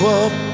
up